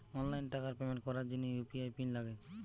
online টাকার payment করার জিনে ইউ.পি.আই পিন লাগে